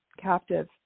captive